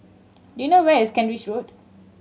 do you know where is Kent Ridge Road